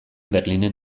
berlinen